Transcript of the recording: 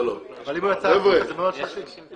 לא, לא יותר מ-30.